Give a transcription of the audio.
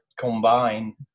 Combine